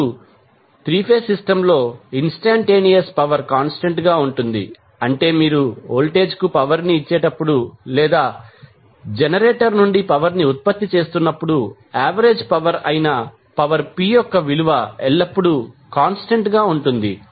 ఇప్పుడు 3 phase system లో instantaneous power constant గా ఉంటుంది అంటే మీరు వోల్టేజ్ కు పవర్ ని ఇచ్చేటప్పుడు లేదా జనరేటర్ నుండి పవర్ ని ఉత్పత్తి చేస్తున్నప్పుడు యావరేజ్ పవర్ అయిన పవర్ p యొక్క విలువ ఎల్లప్పుడూ కాంస్టంట్ గా ఉంటుంది